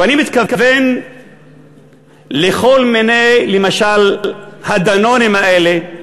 ואני מתכוון לכל מיני, למשל ה"דנונים" האלה,